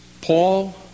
Paul